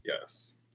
Yes